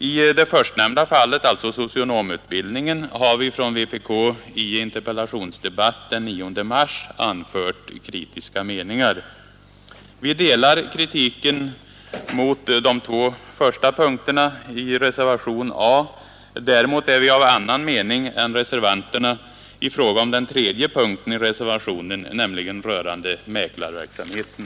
I det förstnämnda fallet, alltså socionomutbildningen, har vi från vpk i interpellationsdebatt den 9 mars anfört kritik. Vi delar kritiken i reservationen A mot de två första punkterna. Däremot är vi av annan mening än reservanterna i fråga om den tredje punkten, nämligen den som rör mäklarverksamheten.